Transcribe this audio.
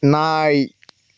நாய்